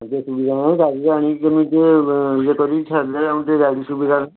ଏଇଠି ସୁବିଧା ନାହିଁ ଗାଡ଼ିରେ ଆଣିକି କେମିତି ଟିକିଏ ଇଏ କରିକି ଛାଡ଼ିଲେ ଆମର ଟିକିଏ ଗାଡ଼ି ସୁବିଧା ନାହିଁ